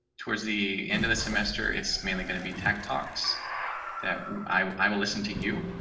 towards the end of the semester it's mainly going to be tech talks that i will listen to you.